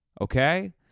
Okay